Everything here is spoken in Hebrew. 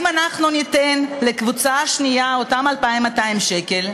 אם אנחנו ניתן לקבוצה השנייה אותם 2,200 שקל,